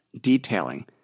detailing